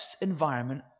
environment